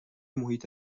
محیط